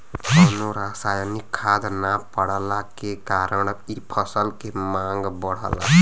कवनो रासायनिक खाद ना पड़ला के कारण इ फसल के मांग बढ़ला